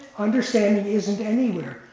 understanding isn't anywhere.